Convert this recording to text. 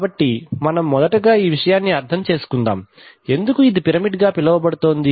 కాబట్టి మనం మొదటగా ఈ విషయాన్ని అర్థం చేసుకుందాం ఎందుకు ఇది పిరమిడ్ గా పిలువబడుతోంది